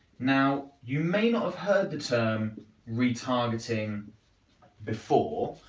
now you may not have heard the term retargeting before,